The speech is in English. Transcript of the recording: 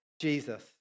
Jesus